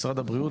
משרד הבריאות,